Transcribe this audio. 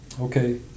okay